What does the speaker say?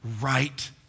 right